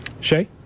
Shay